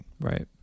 right